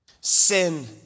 Sin